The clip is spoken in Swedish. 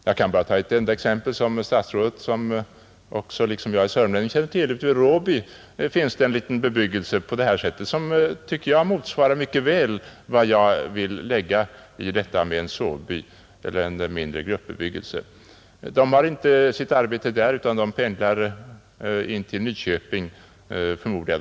Jag skall bara ge ett enda exempel, vilket väl även statsrådet — som liksom jag är sörmlänning — känner till, nämligen en liten bebyggelse ute vid Råby. Den motsvarar mycket väl vad jag menar med en sovby eller mindre gruppbebyggelse. De människor som bor där har sitt arbete på annat håll; de flesta pendlar in till Nyköping, förmodar jag.